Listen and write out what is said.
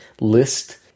list